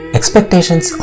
Expectations